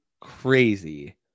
crazy